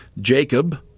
Jacob